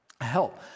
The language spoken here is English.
Help